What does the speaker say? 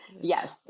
Yes